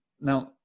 Now